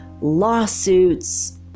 lawsuits